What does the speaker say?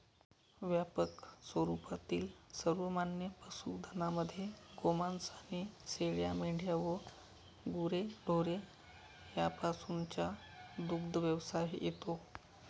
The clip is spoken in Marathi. व्यापक स्वरूपातील सर्वमान्य पशुधनामध्ये गोमांस आणि शेळ्या, मेंढ्या व गुरेढोरे यापासूनचा दुग्धव्यवसाय येतो